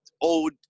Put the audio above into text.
old